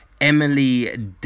Emily